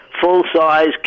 full-size